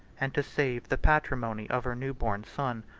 and to save the patrimony of her new-born son,